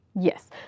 Yes